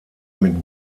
mit